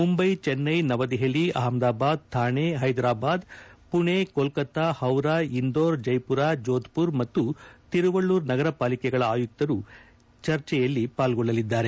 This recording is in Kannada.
ಮುಂಬೈ ಚೆನ್ನೈ ನವದೆಹಲಿ ಅಹಮದಾಬಾದ್ ಥಾಣೆ ಹೈದ್ರಾಬಾದ್ ಪುಣೆ ಕೋಲ್ತತ್ನಾ ಹೌರಾ ಇಂದೋರ್ ಜೈಪುರ ಜೋಧ್ಪುರ ಮತ್ತು ತಿರುವಳ್ಲೂರ್ ನಗರ ಪಾಲಿಕೆಗಳ ಆಯುಕ್ತರು ಸಹ ಚರ್ಚೆಯಲ್ಲಿ ಪಾಲ್ಲೊಳ್ಲಲಿದ್ದಾರೆ